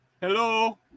Hello